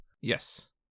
Yes